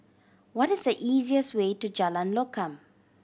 what is the easiest way to Jalan Lokam